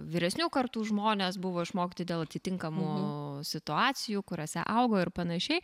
vyresnių kartų žmonės buvo išmokyti dėl atitinkamų situacijų kuriose augo ir panašiai